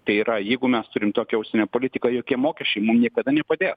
tai yra jeigu mes turim tokią užsienio politiką jokie mokesčiai mum niekada nepadės